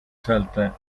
salta